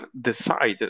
decide